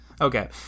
Okay